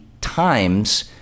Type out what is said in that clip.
times